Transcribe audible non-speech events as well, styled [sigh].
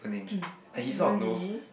[coughs] really